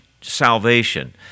salvation